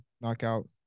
knockout